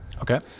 Okay